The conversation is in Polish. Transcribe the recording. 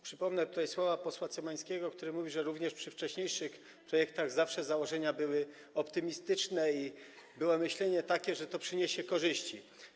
Przypomnę słowa posła Cymańskiego, który powiedział, że również przy wcześniejszych projektach zawsze założenia były optymistyczne i myślenie było takie, że to przyniesie korzyści.